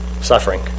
suffering